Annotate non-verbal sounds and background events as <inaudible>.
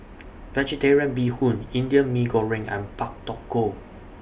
<noise> Vegetarian Bee Hoon Indian Mee Goreng and Pak Thong Ko